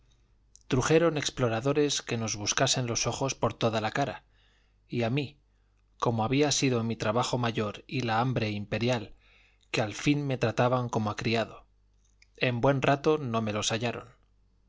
hambre trujeron exploradores que nos buscasen los ojos por toda la cara y a mí como había sido mi trabajo mayor y la hambre imperial que al fin me trataban como a criado en buen rato no me los hallaron